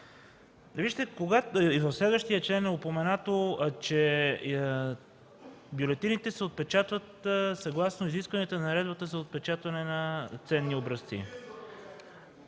и така нататък, в следващия член е упоменато, че бюлетините се отпечатват съгласно изискванията на Наредбата за отпечатване на ценни образци.